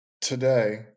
Today